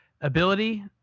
ability